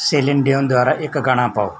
Celine Dion ਦੁਆਰਾ ਇੱਕ ਗਾਣਾ ਪਾਓ